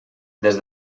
des